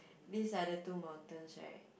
these are the two mountains right